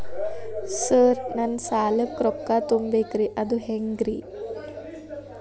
Sir ನನ್ನ ಸಾಲಕ್ಕ ರೊಕ್ಕ ತುಂಬೇಕ್ರಿ ಅದು ಹೆಂಗ್ರಿ?